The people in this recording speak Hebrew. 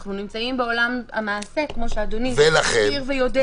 אנחנו נמצאים בעולם המעשה, כמו שאדוני מכיר ויודע.